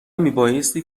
میبایستی